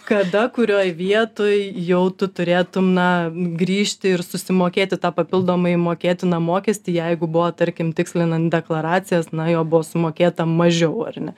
kada kurioj vietoj jau tu turėtum na grįžti ir susimokėti tą papildomai mokėtiną mokestį jeigu buvo tarkim tikslinant deklaracijas na jo buvo sumokėta mažiau ar ne